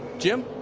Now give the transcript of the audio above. jim?